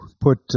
put